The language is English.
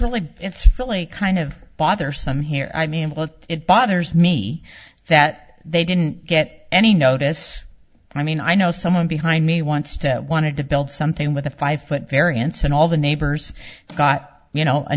really it's really kind of bothersome here i mean it bothers me that they didn't get any notice i mean i know someone behind me wants to wanted to build something with a five foot variance and all the neighbors got you know a